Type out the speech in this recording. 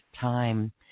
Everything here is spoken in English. time